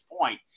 point